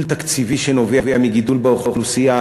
ואני לא מדבר על גידול תקציבי שנובע מגידול באוכלוסייה,